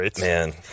Man